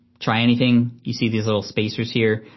try anything. you see these little spacers here?